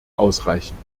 ausreichend